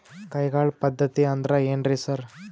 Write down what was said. ಕೈಗಾಳ್ ಪದ್ಧತಿ ಅಂದ್ರ್ ಏನ್ರಿ ಸರ್?